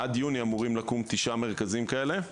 עד יוני אמורים לקום תשעה מרכזים כאלה.